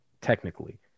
technically